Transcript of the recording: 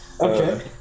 Okay